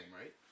right